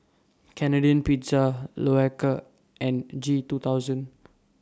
Canadian Pizza Loacker and G two thousand